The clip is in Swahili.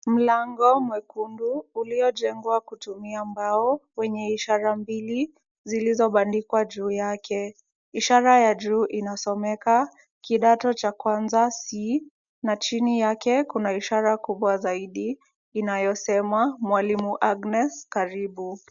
Mlango mwekundu uliojengwa kutumia mbao, wenye ishara mbili zilizobandikwa juu yake. Ishara ya juu inasomeka kidato cha kwanza c na chini yake kuna ishara kubwa zaidi inayosema, mwalimu Agnes karibu.